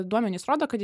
duomenys rodo kad